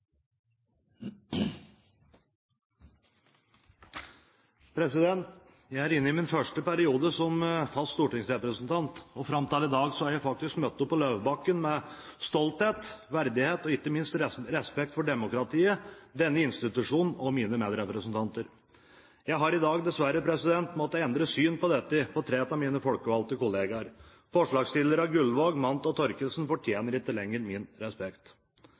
inne i min første periode som fast stortingsrepresentant, og fram til i dag har jeg faktisk møtt opp på Løvebakken med stolthet, verdighet og ikke minst respekt for demokratiet, denne institusjonen og mine medrepresentanter. Jeg har i dag dessverre måttet endre syn på dette når det gjelder tre av mine folkevalgte kollegaer. Forslagsstillerne Steinar Gullvåg, Sonja Mandt og Inga Marte Thorkildsen fortjener ikke lenger min respekt.